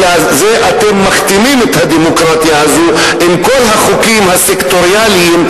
אלא אתם מכתימים את הדמוקרטיה הזאת עם כל החוקים הסקטוריאליים,